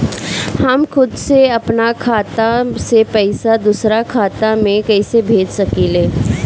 हम खुद से अपना खाता से पइसा दूसरा खाता में कइसे भेज सकी ले?